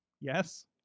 Yes